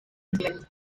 instrumento